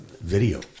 video